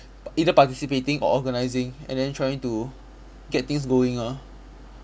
either participating or organising and then trying to get things going ah